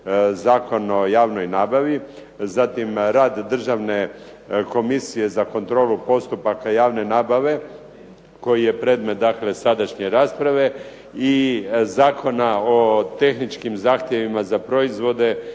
Zakon o javnoj nabavi, zatim rad Državne komisije za kontrolu postupaka javne nabave koji je predmet sadašnje rasprave i Zakona o tehničkim zahtjevima za proizvode